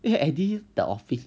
eddie the office